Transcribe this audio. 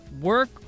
work